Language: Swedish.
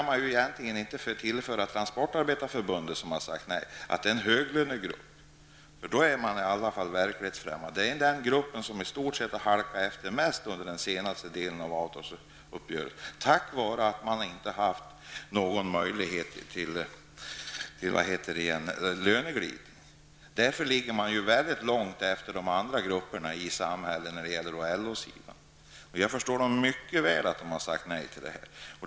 Men kan ju egentligen inte säga att Transportarbetareförbundet, som har sagt nej, är en höglönegrupp. Då är man i alla fall verklighetsfrämmande. Det är den grupp som i stort sett har halkat efter mest under den senaste delen av avtalsuppgörelsen, och detta på grund av att man inte har haft någon möjlighet till löneglidning. Därför ligger man väldigt långt efter de andra grupperna inom LO. Jag förstår mycket väl att de har sagt nej till förslaget.